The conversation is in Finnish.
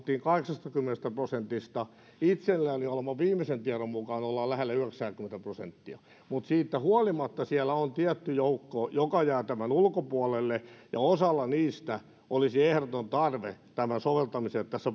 kahdeksassakymmenessä prosentissa ja itselläni olevan viimeisen tiedon mukaan ollaan lähellä yhdeksääkymmentä prosenttia siitä huolimatta siellä on tietty joukko joka jää tämän ulkopuolelle ja osalla niistä olisi ehdoton tarve tämän soveltamiselle tässä